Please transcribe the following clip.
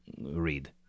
read